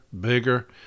bigger